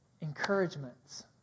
encouragements